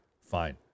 fine